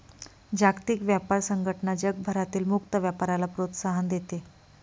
जागतिक व्यापार संघटना जगभरातील मुक्त व्यापाराला प्रोत्साहन देते